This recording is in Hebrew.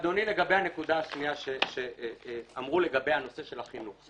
לגבי הנושא של החינוך.